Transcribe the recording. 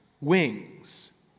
wings